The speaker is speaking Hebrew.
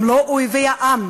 הם לא אויבי העם.